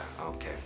okay